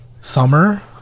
Summer